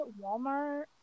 walmart